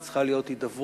כי צריכה להיות הידברות,